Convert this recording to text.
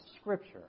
Scripture